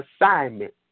assignment